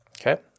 Okay